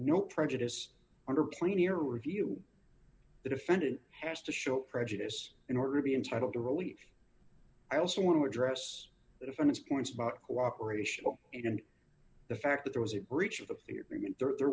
no prejudice under plan to review the defendant has to show prejudice in order to be entitled to relief i also want to address that on his points about cooperation and the fact that there was a